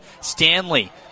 Stanley